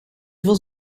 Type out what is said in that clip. was